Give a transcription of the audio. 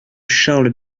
charles